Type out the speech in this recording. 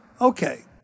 okay